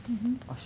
mm